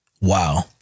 Wow